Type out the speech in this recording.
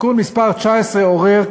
תיקון מס' 19 עורר,